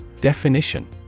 Definition